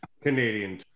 Canadian